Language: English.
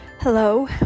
Hello